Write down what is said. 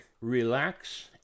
relax